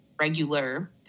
regular